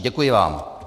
Děkuji vám.